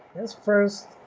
this first